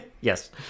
Yes